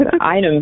item